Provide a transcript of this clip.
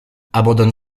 abandonne